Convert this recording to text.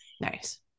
Nice